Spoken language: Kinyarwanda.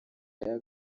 cya